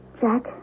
Jack